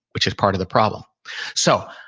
which is part of the problem so,